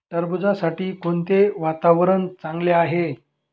टरबूजासाठी कोणते वातावरण चांगले आहे?